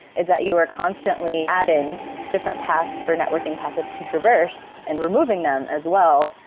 is that you are constantly adding different paths for networking packets to traverse and removing them as well.